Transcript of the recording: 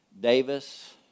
Davis